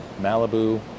Malibu